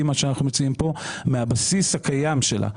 כפי שאנחנו מציעים כאן - לקחת מהבסיס הקיים שלה,